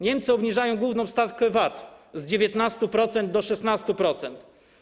Niemcy obniżają główną stawkę VAT z 19% do 16%.